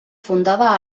fundada